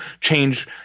change